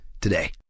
today